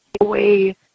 away